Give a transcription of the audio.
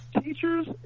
teachers